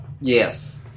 Yes